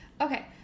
Okay